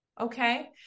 okay